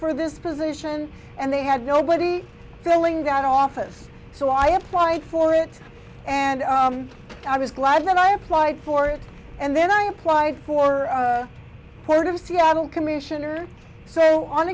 for this position and they had nobody filling that office so i applied for it and i was glad that i applied for it and then i applied for part of seattle action or so on